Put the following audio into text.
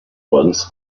ones